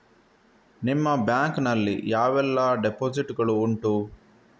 ನಿಮ್ಮ ಬ್ಯಾಂಕ್ ನಲ್ಲಿ ಯಾವೆಲ್ಲ ಡೆಪೋಸಿಟ್ ಗಳು ಉಂಟು?